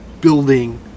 building